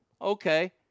Okay